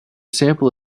sample